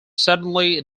suddenly